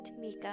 Mika